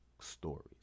stories